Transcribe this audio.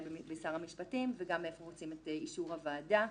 בשר המשפטים וגם איפה רוצים את אישור הוועדה.